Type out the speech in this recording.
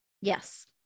Yes